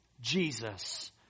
Jesus